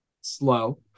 slow